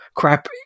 crap